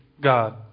God